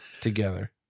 Together